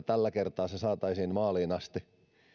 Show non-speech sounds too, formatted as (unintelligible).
(unintelligible) tällä kertaa se saataisiin maaliin asti